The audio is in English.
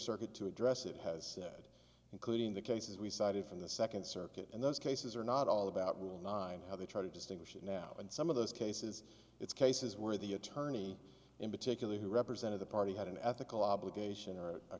circuit to address it has said including the cases we cited from the second circuit and those cases are not all about will not how they try to distinguish it now and some of those cases it's cases where the attorney in particular who represented the party had an ethical obligation or a